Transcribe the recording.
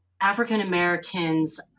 African-Americans